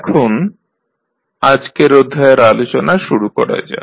এখন আজকের অধ্যায়ের আলোচনা শুরু করা যাক